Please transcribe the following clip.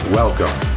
welcome